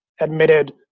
admitted